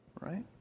right